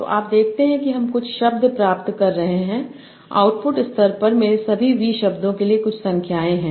तो आप देखते हैं कि हम कुछ शब्द प्राप्त कर रहे हैं आउटपुट स्तर पर मेरे सभी V शब्दों के लिए कुछ संख्याएं हैं